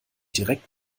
direkt